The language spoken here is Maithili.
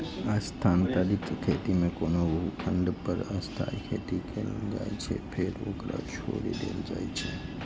स्थानांतरित खेती मे कोनो भूखंड पर अस्थायी खेती कैल जाइ छै, फेर ओकरा छोड़ि देल जाइ छै